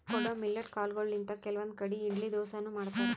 ಕೊಡೊ ಮಿಲ್ಲೆಟ್ ಕಾಲ್ಗೊಳಿಂತ್ ಕೆಲವಂದ್ ಕಡಿ ಇಡ್ಲಿ ದೋಸಾನು ಮಾಡ್ತಾರ್